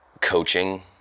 coaching